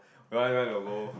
you want you want to go